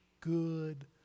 good